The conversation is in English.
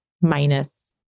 minus